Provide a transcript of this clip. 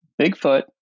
Bigfoot